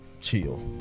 chill